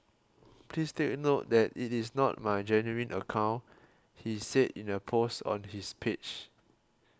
please take note that it is not my genuine account he said in a post on his page